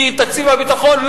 כי תקציב הביטחון,